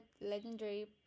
legendary